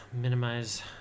minimize